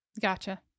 Gotcha